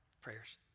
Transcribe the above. prayers